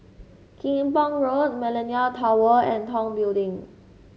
Kim Pong Road Millenia Tower and Tong Building